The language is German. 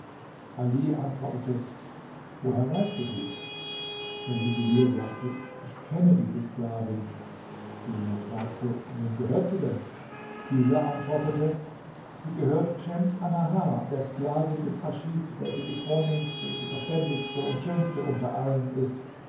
ali antwortete woher weißt du dies der juwelier sagte ich kenne diese sklavin jener fragte wem gehört sie denn dieser antwortete sie gehört schems annahar der sklavin des raschid welche die vornehmste die verständigste und schönste unter allen ist